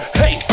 hey